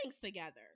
together